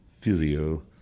physio